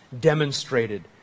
demonstrated